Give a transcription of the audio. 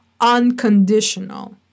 unconditional